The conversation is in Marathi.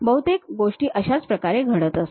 बहुतेक गोष्टी अशाच प्रकारे घडतात